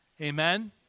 Amen